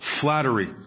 flattery